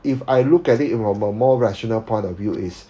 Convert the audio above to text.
if I look at it from a more rational point of view is